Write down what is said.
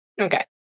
Okay